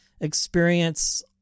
experience